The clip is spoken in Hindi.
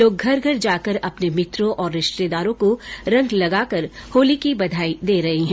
लोग घर घर जाकर अपने मित्रों और रिश्तेदारों को रंग लगाकर होली की बघाई दे रहे है